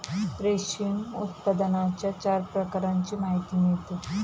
रेशीम उत्पादनाच्या चार प्रकारांची माहिती मिळते